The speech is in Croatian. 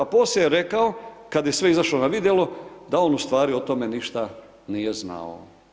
A poslije je rekao kada je sve izašlo na vidjelo da on u stvari o tome ništa nije znao.